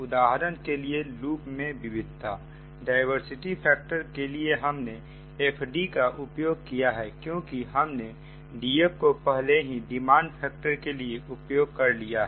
उदाहरण के लिए लूप में विविधता डायवर्सिटी फैक्टर के लिए हमने FD का उपयोग किया है क्योंकि हमने DF को पहले ही डिमांड फैक्टर के लिए उपयोग कर लिया है